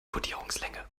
kodierungslänge